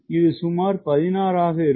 இது சுமார் 16 ஆக இருக்கும்